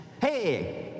hey